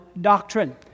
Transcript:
doctrine